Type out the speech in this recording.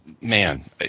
Man